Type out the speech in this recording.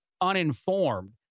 uninformed